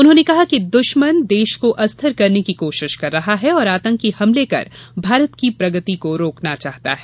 उन्होंने कहा कि दुश्मन देश को अस्थिर करने की कोशिश कर रहा है और आतंकी हमले कर भारत की प्रगति को रोकना चाहता है